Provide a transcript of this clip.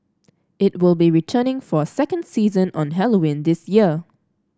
it will be returning for a second season on Halloween this year